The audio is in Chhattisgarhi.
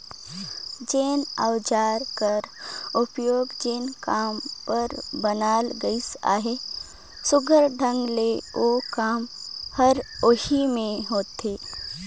जेन अउजार कर उपियोग जेन काम बर बनाल गइस अहे, सुग्घर ढंग ले ओ काम हर ओही मे होथे